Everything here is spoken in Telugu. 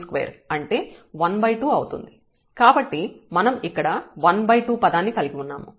కాబట్టి మనం ఇక్కడ 12 పదాన్ని కలిగి ఉన్నాము